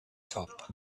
top